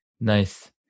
Nice